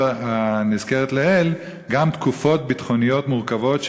הנזכרת לעיל גם תקופות ביטחוניות מורכבות,